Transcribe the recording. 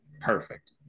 perfect